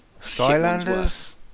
Skylanders